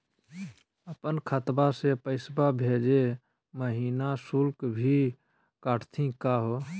अपन खतवा से पैसवा भेजै महिना शुल्क भी कटतही का हो?